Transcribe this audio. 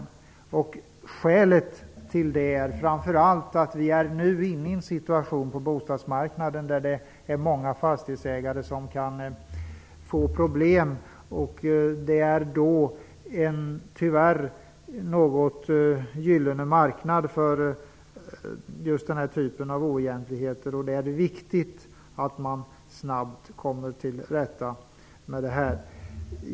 Skälet till detta är att situationen på bostadsmarknaden nu är sådan att många fastighetsägare kan få problem, och det innebär tyvärr något av en gyllene marknad för just den här typen av oegentligheter. Det är därför viktigt att vi snabbt kommer till rätta med det här.